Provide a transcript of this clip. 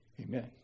amen